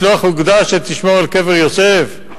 לשלוח אוגדה שתשמור על קבר יוסף?